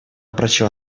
прочла